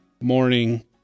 morning